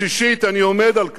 ושישית, אני עומד על כך,